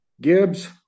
Gibbs